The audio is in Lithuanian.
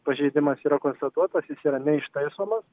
pažeidimas yra konstatuotas jis yra neištaisomas